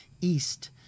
east